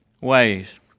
ways